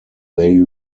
they